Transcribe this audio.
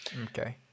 Okay